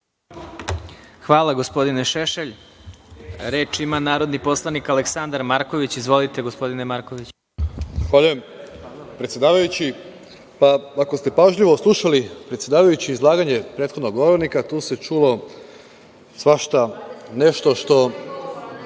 Hvala, gospodine Šešelj. Reč ima narodni poslanik Aleksandar Marković. Izvolite. **Aleksandar Marković** Zahvaljujem, predsedavajući. Ako ste pažljivo slušali, predsedavajući, izlaganje prethodnog govornika, tu se čulo svašta nešto što